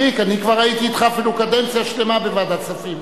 אני כבר הייתי אתך אפילו קדנציה שלמה בוועדת הכספים.